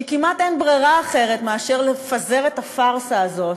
שכמעט אין ברירה אחרת מאשר לפזר את הפארסה הזאת,